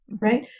right